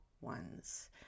Ones